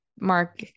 Mark